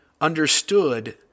understood